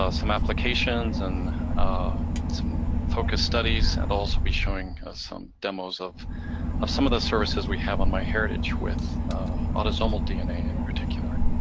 ah some applications and some focused studies, and i'll also be showing some demos of of some of the services we have on myheritage with autosomal dna in particular.